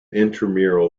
intramural